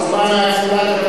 הוא בא מהאצולה,